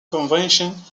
convention